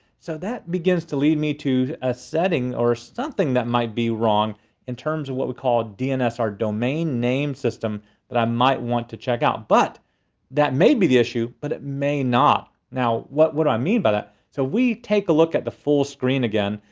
so that begins to lead me to a setting or something might be wrong in terms of what we call dns or domain name system that i might want to check out. but that may be the issue but it may not. now what would i mean by that. so we take a look at the full screen again.